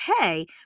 okay